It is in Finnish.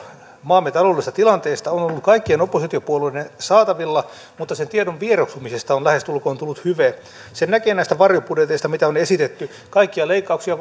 maamme taloudellisesta tilanteesta on ollut kaikkien oppositiopuolueiden saatavilla mutta sen tiedon vieroksumisesta on lähestulkoon tullut hyve sen näkee näistä varjobudjeteista mitä on esitetty kaikkia leikkauksia